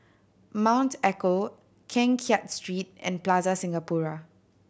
Mount Echo Keng Kiat Street and Plaza Singapura